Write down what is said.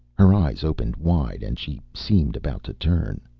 her eyes opened wide and she seemed about to turn.